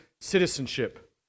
citizenship